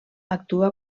actua